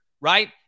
right